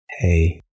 hey